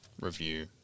review